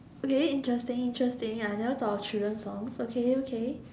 okay interesting interesting I never thought of children songs okay okay